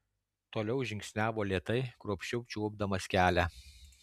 toliau žingsniavo lėtai kruopščiau čiuopdamas kelią